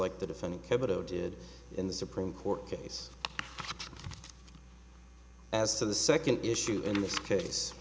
like the defendant kibeho did in the supreme court case as to the second issue in this case